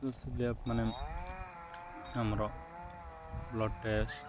ମାନେ ଆମର blood test